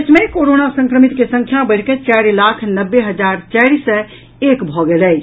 देश मे कोरोना संक्रमित के संख्या बढ़िकऽ चारि लाख नब्बे हजार चारि सय एक भऽ गेल अछि